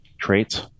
traits